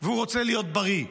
והוא רוצה להיות בריא,